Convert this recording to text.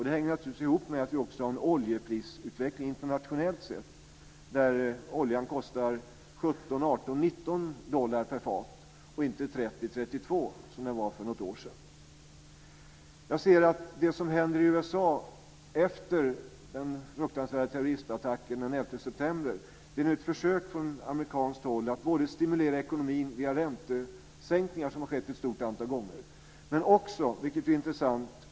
Det hänger naturligtvis ihop med den internationella oljeprisutvecklingen. Oljan kostar nu 17-19 dollar per fat och inte 30-32 dollar som den gjorde för något år sedan. Det som händer i USA efter den fruktansvärda terroristattacken den 11 september är nu att man försöker att stimulera ekonomin via ett antal räntesänkningar.